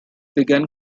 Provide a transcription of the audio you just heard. wigan